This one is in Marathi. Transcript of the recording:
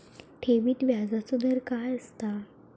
ठेवीत व्याजचो दर काय असता?